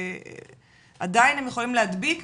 עדיין הם יכולים להדביק,